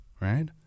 Right